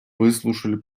выслушали